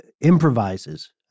improvises